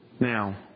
Now